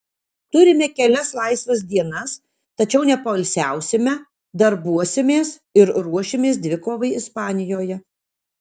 turime kelias laisvas dienas tačiau nepoilsiausime darbuosimės ir ruošimės dvikovai ispanijoje